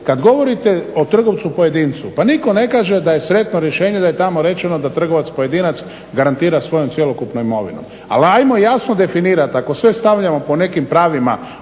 kada govorite o trgovcu pojedincu, pa nitko ne kaže da je sretno rješenje da je tamo rečeno da trgovac pojedinac garantira svojom cjelokupnom imovinom, ali ajmo jasno definirati. Ako sve stavljamo po nekim pravima